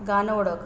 गाणं ओळख